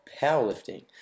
powerlifting